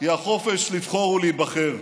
היא החופש לבחור ולהיבחר,